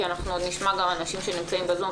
כי אנחנו נשמע עוד אנשים שנמצאים בזום,